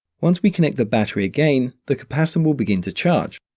once we connect the battery again, the capacitor will begin to charge.